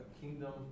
kingdom